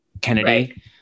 kennedy